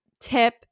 tip